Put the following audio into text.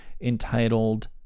entitled